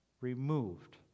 removed